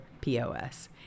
pos